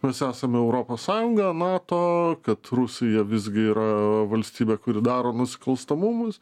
mes esame europos sąjunga nato kad rusija visgi yra valstybė kuri daro nusikalstamumus